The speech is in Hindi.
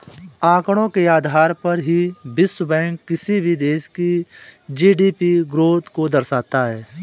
आंकड़ों के आधार पर ही विश्व बैंक किसी भी देश की जी.डी.पी ग्रोथ को दर्शाता है